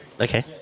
Okay